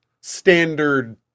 standard